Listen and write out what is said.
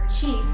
cheap